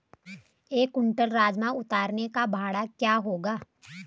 एक क्विंटल राजमा उतारने का भाड़ा क्या होगा?